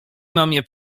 mamie